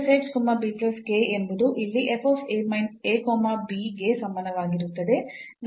ಎಂಬುದು ಇಲ್ಲಿ ಗೆ ಸಮಾನವಾಗಿರುತ್ತದೆ